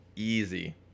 easy